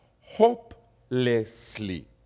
hopelessly